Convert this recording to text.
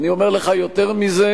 אני אומר לך יותר מזה: